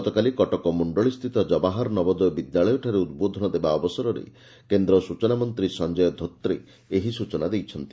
ଗତକାଲି କଟକ ମୁ ଜବାହର ନବୋଦୟ ବିଦ୍ୟାଳୟଠାରେ ଉଦ୍ବୋଧନ ଦେବା ଅବସରରେ କେନ୍ଦ୍ର ସ୍ଚନା ମନ୍ତ୍ରୀ ସଂଜୟ ଧୋତ୍ରେ ଏହି ସ୍ଚନା ଦେଇଛନ୍ତି